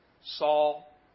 Saul